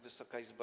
Wysoka Izbo!